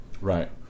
Right